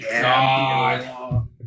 god